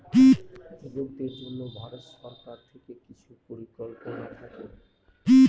যুবকদের জন্য ভারত সরকার থেকে কিছু পরিকল্পনা থাকে